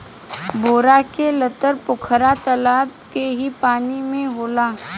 बेरा के लतर पोखरा तलाब के ही पानी में होला